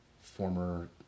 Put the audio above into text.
former